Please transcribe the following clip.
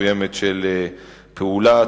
שמחייבת גם את המדינה ברמה מסוימת של פעולה,